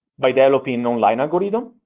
by developing an online algorithm.